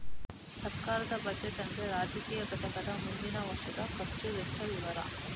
ಸರ್ಕಾರದ ಬಜೆಟ್ ಅಂದ್ರೆ ರಾಜಕೀಯ ಘಟಕದ ಮುಂದಿನ ವರ್ಷದ ಖರ್ಚು ವೆಚ್ಚ ವಿವರ